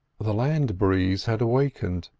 the land breeze had awakened,